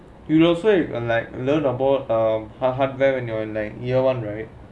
you also if like learn about um ah hardware and you're like year one right